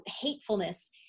hatefulness